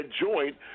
joint